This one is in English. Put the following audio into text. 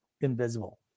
Invisible